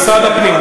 משרד הפנים.